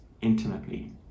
intimately